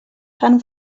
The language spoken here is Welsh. pan